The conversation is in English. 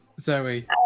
Zoe